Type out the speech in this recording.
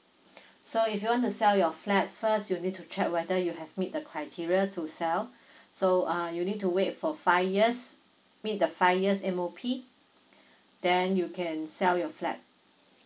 so if you want to sell your flat first you need to check whether you have meet the criteria to sell so uh you need to wait for five years meet the five year's M_O_P then you can sell your flat